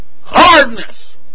Hardness